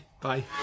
bye